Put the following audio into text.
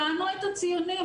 תיקנו את הציונים.